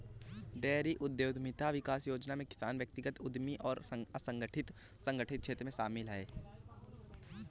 dairy उद्यमिता विकास योजना में किसान व्यक्तिगत उद्यमी और असंगठित संगठित क्षेत्र शामिल है